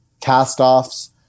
cast-offs